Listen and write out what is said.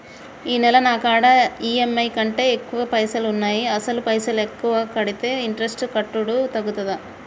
ఈ నెల నా కాడా ఈ.ఎమ్.ఐ కంటే ఎక్కువ పైసల్ ఉన్నాయి అసలు పైసల్ ఎక్కువ కడితే ఇంట్రెస్ట్ కట్టుడు తగ్గుతదా?